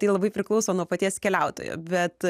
tai labai priklauso nuo paties keliautojo bet